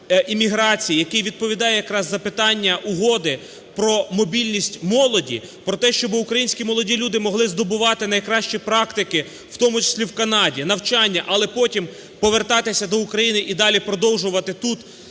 який відповідає якраз за питання Угоди про мобільність молоді про те, щоб українські молоді люди могли здобувати найкращі практики, в тому числі в Канаді, навчання, але потім повертатися до України і далі продовжувати тут